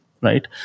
right